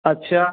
अच्छा